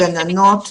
גננות וישיבות,